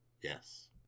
Yes